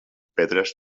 pedres